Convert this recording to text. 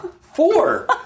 Four